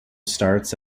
starts